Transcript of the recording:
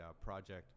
project